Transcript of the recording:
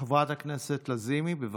חברת הכנסת לזימי, בבקשה.